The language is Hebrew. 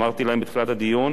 אמרתי להם בתחילת הדיון,